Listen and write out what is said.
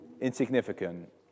insignificant